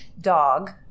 dog